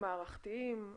מערכתיים,